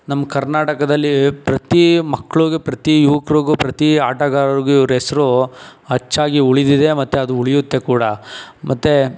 ನಮ್ಮ ಕರ್ನಾಟಕದಲ್ಲಿ ಪ್ರತಿ ಮಕ್ಕಳಿಗೂ ಪ್ರತಿ ಯುವಕರಿಗೂ ಪ್ರತಿ ಆಟಗಾರರಿಗೂ ಇವರ ಹೆಸರು ಅಚ್ಚಾಗಿ ಉಳಿದಿದೆ ಮತ್ತೆ ಅದು ಉಳಿಯುತ್ತೆ ಕೂಡ ಮತ್ತೆ